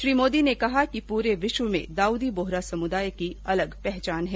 श्री मोदी ने कहा कि पूरे विश्व में दाउदी बोहरा समुदाय की एक अलग पहचान है